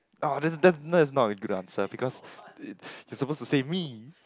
uh that's that's that is not a good answer because you're suppose to say me